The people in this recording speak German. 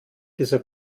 dieser